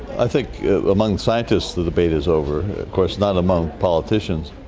i think among scientists the debate is over, of course not among politicians.